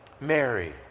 Mary